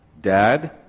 Dad